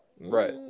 right